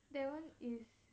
that [one] is